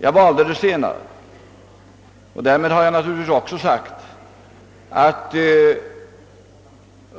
Jag valde det senare och därmed har jag naturligtvis också sagt att vi